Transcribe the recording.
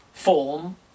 form